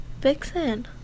Vixen